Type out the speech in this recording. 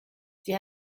sie